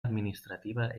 administrativa